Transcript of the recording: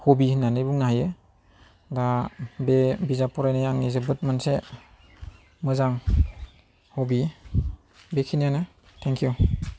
हबि होननानै बुंनो हायो दा बे बिजाब फरायनाया आंनि जोबोद मोनसे मोजां हबि बेखिनियानो थेंइउ